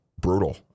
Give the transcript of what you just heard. brutal